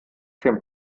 dem